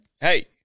Hey